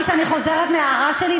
הצעת חוק האזרחות (תיקון מס' 13),